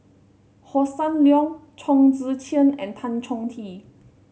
Hossan Leong Chong Tze Chien and Tan Chong Tee